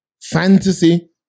Fantasy